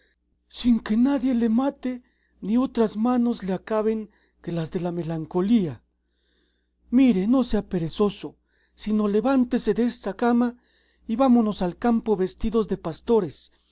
sin que nadie le mate ni otras manos le acaben que las de la melancolía mire no sea perezoso sino levántese desa cama y vámonos al campo vestidos de pastores